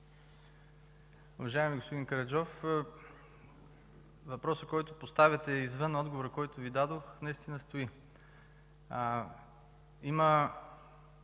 Уважаеми господин Караджов, въпросът, който поставяте, извън отговора, който Ви дадох, наистина стои. Има